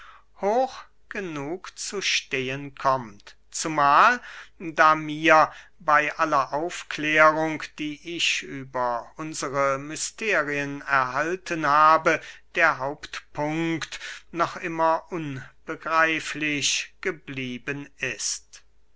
hoch genug zu stehen kommt zumahl da mir bey aller aufklärung die ich über unsre mysterien erhalten habe der hauptpunkt noch immer unbegreiflich geblieben ist